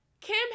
Kim